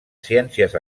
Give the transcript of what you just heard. ciències